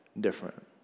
different